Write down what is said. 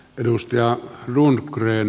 edustaja runkreen